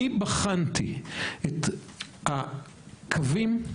בחנתי את הקווים,